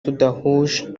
tudahuje